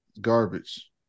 Garbage